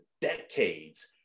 decades